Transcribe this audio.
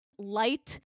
light